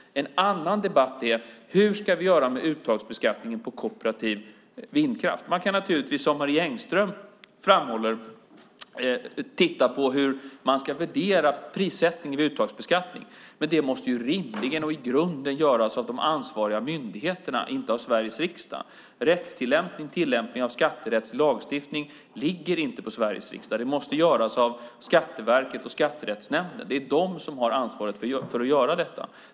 En annan debatt gäller hur vi ska göra med uttagsbeskattningen på kooperativ vindkraft. Man kan naturligtvis, som Marie Engström framhåller, titta på hur man ska värdera prissättning vid uttagsbeskattning. Men det måste rimligen och i grunden göras av de ansvariga myndigheterna, inte av Sveriges riksdag. Rättstillämpning och tillämpning av skatterättslig lagstiftning ligger inte på Sveriges riksdag. Det måste göras av Skatteverket och Skatterättsnämnden. Det är de som har ansvaret för att göra detta.